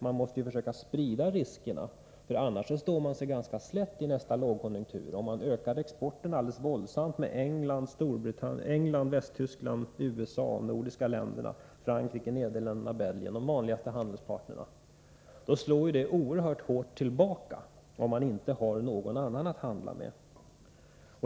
Man måste ju försöka sprida riskerna, för man står sig ganska slätt i nästa lågkonjunktur, om man ökar exporten alldeles våldsamt till England, Västtyskland, USA, de nordiska länderna, Frankrike, Nederländerna, Belgien — de vanligaste handelspartnerna. Det slår ju oerhört hårt tillbaka, om man inte har någon annan att handla med.